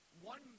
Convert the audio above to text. one